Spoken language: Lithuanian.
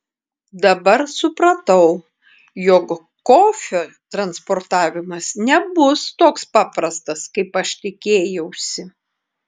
dabar supratau jog kofio transportavimas nebus toks paprastas kaip aš tikėjausi